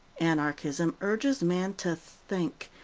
anarchism urges man to think,